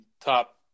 top